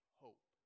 hope